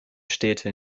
städte